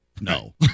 no